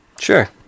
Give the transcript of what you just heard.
Sure